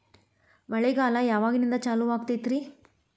ಮಳೆಗಾಲ ಯಾವಾಗಿನಿಂದ ಚಾಲುವಾಗತೈತರಿ?